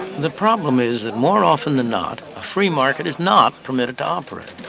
the problem is that more often than not, a free market is not permitted to operate.